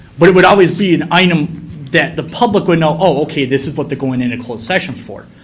but it would always be an item that the public would know, okay this is what they're going into closed session for.